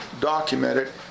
documented